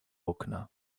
okna